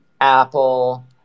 apple